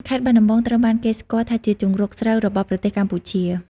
ខេត្តបាត់ដំបង ត្រូវបានគេស្គាល់ថាជាជង្រុកស្រូវរបស់ប្រទេសកម្ពុជា។